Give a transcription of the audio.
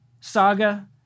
saga